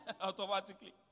automatically